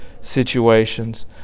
situations